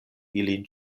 ilin